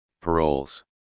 paroles